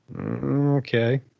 Okay